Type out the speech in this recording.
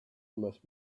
must